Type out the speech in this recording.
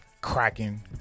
cracking